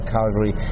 Calgary